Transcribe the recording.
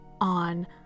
on